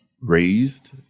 raised